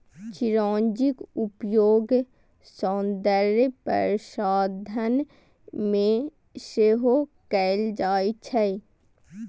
चिरौंजीक उपयोग सौंदर्य प्रसाधन मे सेहो कैल जाइ छै